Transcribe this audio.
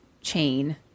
chain